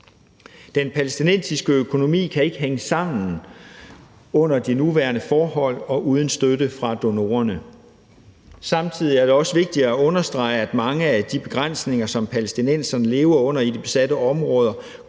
Den palæstinensiske økonomi kan ikke hænge sammen under de nuværende forhold og uden støtte fra donorerne. Samtidig er det også vigtigt at understrege, at mange af de begrænsninger, som palæstinenserne lever under i de besatte område,